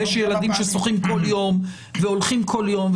ויש ילדים ששוחים כל יום והולכים כל יום,